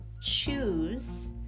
choose